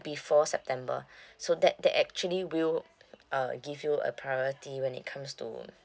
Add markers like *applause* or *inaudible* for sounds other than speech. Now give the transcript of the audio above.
before september *breath* so that that actually will uh give you a priority when it comes to